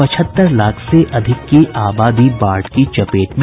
पचहत्तर लाख से अधिक की आबादी बाढ़ की चपेट में